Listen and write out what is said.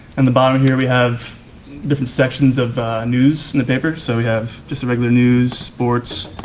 and the bottom here we have different sections of news in the paper. so we have just the regular news, sports,